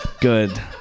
Good